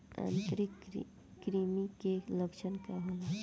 आंतरिक कृमि के लक्षण का होला?